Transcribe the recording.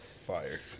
Fire